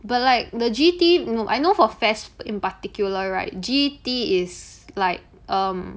but like the G_E_T no I know for F_A_S_S in particular right G_E_T is like um